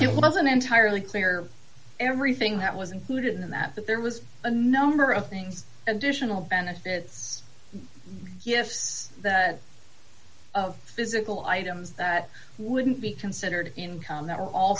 it wasn't entirely clear everything that was included in that that there was a number of things additional benefits yes that physical items that wouldn't be considered income that were all